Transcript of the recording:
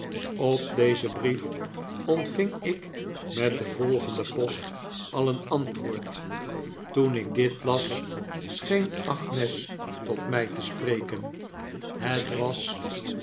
op dezen brief ontving ik met de volgende post al een antwoord toen ik dit las scheen agnes tot mij te spreken het was